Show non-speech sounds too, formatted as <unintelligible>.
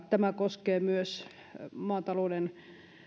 <unintelligible> tämä koskee maatalouden